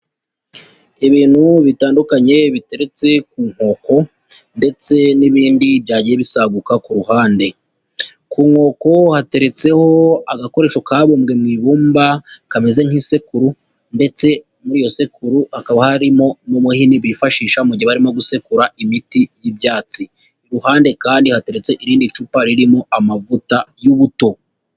Ibintu bitandukanye biteretse ku nkoko, ndetse n'ibindi byagiye bisaguka ku ruhande. Ku nkoko hateretseho agakoresho kabumbwe mu ibumba kameze nk'isekuru, ndetse muri iyo sekuru, hakaba harimo n'umuhini bifashisha mu gihe barimo gusekura imiti y'ibyatsi. Ku ruhande kandi hateretse irindi cupa ririmo amavuta y'ubuto.